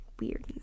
weird